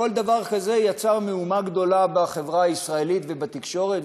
כל דבר כזה יצר מהומה גדולה בחברה הישראלית ובתקשורת,